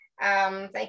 thank